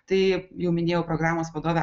tai jau minėjau programos vadovę